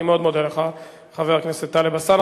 אני מאוד מודה לך, חבר הכנסת טלב אלסאנע.